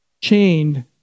chained